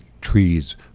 trees